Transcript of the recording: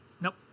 Nope